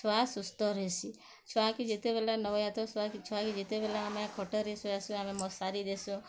ଛୁଆ ସୁସ୍ଥ ରହେସିଁ ଛୁଆକେ ଯେତେବେଲେ ନବଜାତ ଛୁଆକେ ଯେତେବେଲେ ଆମେ ଖଟରେ ସୁଆସୁଁ ଆମେ ମଶାରୀ ଦେସୁଁ